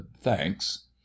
thanks